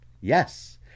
Yes